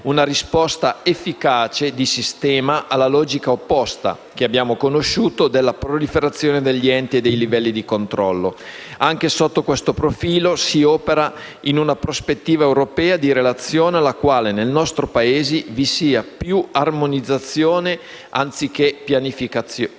una risposta efficace di sistema alla logica opposta, che abbiamo conosciuto, della proliferazione degli enti e dei livelli di controllo. Anche sotto questo profilo si opera in una prospettiva europea di relazione in modo che nei nostri Paesi vi sia più armonizzazione anziché pianificazione,